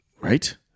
Right